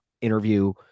interview